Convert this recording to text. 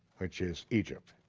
which is egypt.